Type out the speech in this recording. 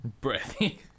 Breathy